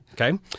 Okay